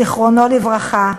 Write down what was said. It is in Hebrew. זיכרונו לברכה,